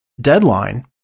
Deadline